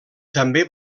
també